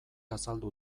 azaldu